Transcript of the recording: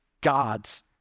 God's